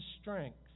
strength